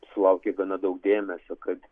sulaukė gana daug dėmesio kad